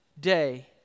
day